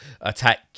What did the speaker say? attack